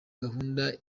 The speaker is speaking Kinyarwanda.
gahunda